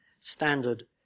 standard